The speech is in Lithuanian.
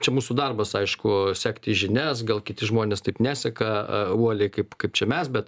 čia mūsų darbas aišku sekti žinias gal kiti žmonės taip neseka uoliai kaip kaip čia mes bet